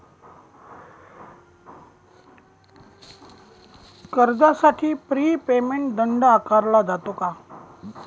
कर्जासाठी prepayment दंड आकारला जातो का?